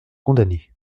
condamner